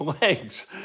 legs